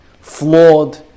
flawed